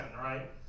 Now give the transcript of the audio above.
right